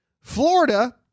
Florida